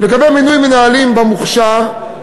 לגבי מינוי מנהלים במוכש"ר,